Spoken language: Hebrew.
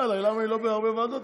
עליי, למה היא לא בהרבה ועדות?